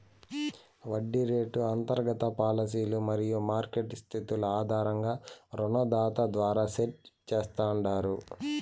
వడ్డీ రేటు అంతర్గత పాలసీలు మరియు మార్కెట్ స్థితుల ఆధారంగా రుణదాత ద్వారా సెట్ చేస్తాండారు